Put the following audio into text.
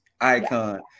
Icon